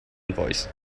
voice